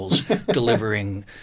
delivering